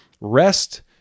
rest